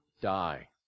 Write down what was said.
die